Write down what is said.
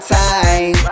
time